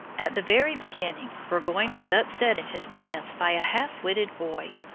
at the very beginning burgoyne was upset in his plans by a half-witted boy.